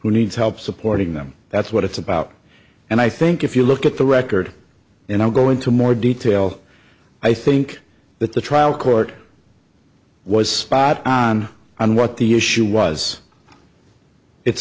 who needs help supporting them that's what it's about and i think if you look at the record and i'll go into more detail i think that the trial court was spot on on what the issue was it's